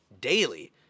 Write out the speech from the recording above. daily